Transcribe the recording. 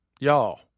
y'all